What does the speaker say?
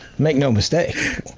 make no mistake.